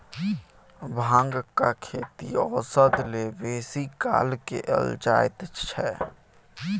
भांगक खेती औषध लेल बेसी काल कएल जाइत छै